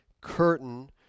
curtain